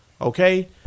Okay